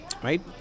right